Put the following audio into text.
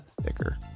thicker